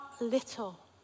little